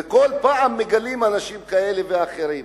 וכל פעם מגלים אנשים כאלה ואחרים.